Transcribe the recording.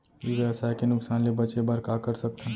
ई व्यवसाय के नुक़सान ले बचे बर का कर सकथन?